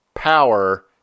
power